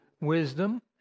wisdom